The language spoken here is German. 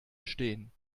stehen